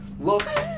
looks